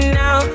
now